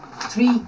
Three